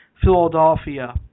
Philadelphia